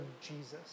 Jesus